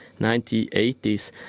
1980s